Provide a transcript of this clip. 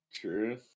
True